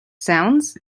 sounds